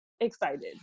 excited